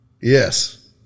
Yes